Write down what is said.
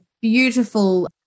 beautiful